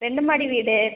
ரெண்டு மாடி வீடு